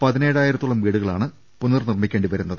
പതിനേഴായിരത്തോളം വീടുകളാണ് പുനർനിർമ്മിക്കേണ്ടി വരുന്നത്